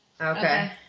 Okay